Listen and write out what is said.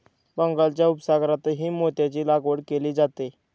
बंगालच्या उपसागरातही मोत्यांची लागवड केली जाते